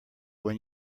when